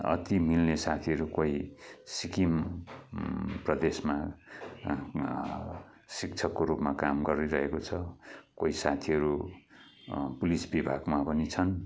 अति मिल्ने साथीहरू कोही सिक्किम प्रदेशमा शिक्षकको रुपमा काम गरिरहेको छ कोही साथीहरू पुलिस विभागमा पनि छन्